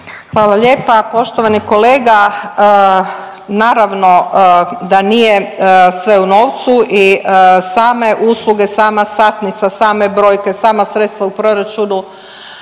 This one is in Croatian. Hvala lijepa. Poštovani kolega, naravno da nije sve u novcu i same usluge, sama satnica, same brojke, sama sredstva u proračunu